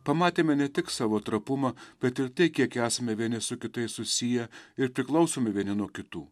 pamatėme ne tik savo trapumą bet ir tai kiek esame vieni su kitais susiję ir priklausomi vieni nuo kitų